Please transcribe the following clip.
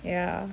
ya